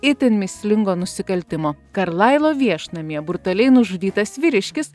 itin mįslingo nusikaltimo karlailo viešnamyje brutaliai nužudytas vyriškis